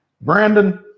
Brandon